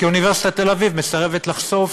כי אוניברסיטת תל-אביב מסרבת לחשוף